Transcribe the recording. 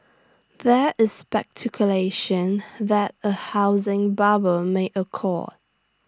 there is speculation that A housing bubble may occur